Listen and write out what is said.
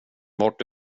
vart